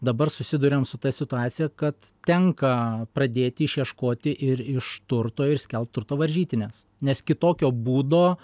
dabar susiduriam su ta situacija kad tenka pradėti išieškoti ir iš turto ir skelbt turto varžytines nes kitokio būdo